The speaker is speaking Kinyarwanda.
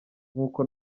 nk’uko